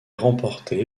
remporté